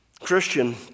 Christian